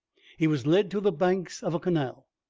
he was led to the banks of a canal,